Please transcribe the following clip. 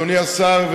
אדוני השר,